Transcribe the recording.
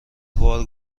بار